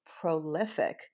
prolific